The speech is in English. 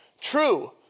true